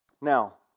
Now